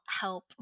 help